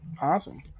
awesome